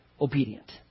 obedient